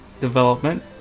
development